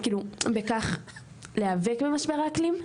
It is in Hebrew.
ונאבקים בכך במשבר האקלים,